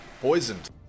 Poisoned